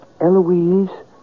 Eloise